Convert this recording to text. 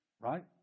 Right